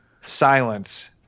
silence